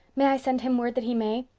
may i send him word that he may?